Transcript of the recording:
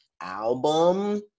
album